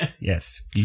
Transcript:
Yes